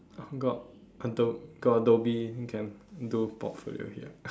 got until got adobe can do portfolio already [what]